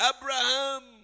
Abraham